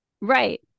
right